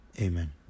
Amen